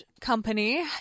company